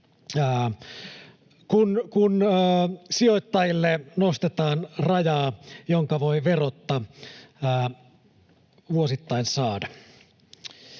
kun sijoittajille nostetaan rajaa siinä, mitä voi verotta vuosittain saada.